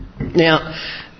Now